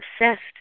obsessed